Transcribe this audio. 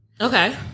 Okay